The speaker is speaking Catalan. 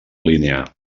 línia